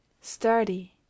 sturdy